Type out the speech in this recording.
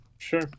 Sure